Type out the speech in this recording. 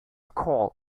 called